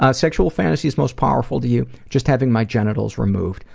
ah sexual fantasies most powerful to you? just having my genitals removed.